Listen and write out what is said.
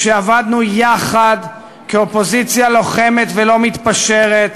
כשעבדנו יחד כאופוזיציה לוחמת ולא מתפשרת,